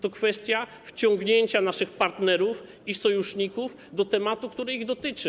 To kwestia wciągnięcia naszych partnerów i sojuszników do tematu, który ich dotyczy.